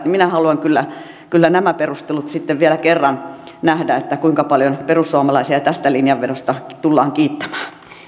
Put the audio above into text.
minä haluan kyllä kyllä nämä perustelut sitten vielä kerran nähdä kuinka paljon perussuomalaisia tästä linjanvedosta tullaan kiittämään